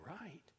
right